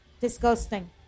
disgusting